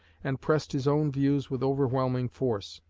and pressed his own views with overwhelming force.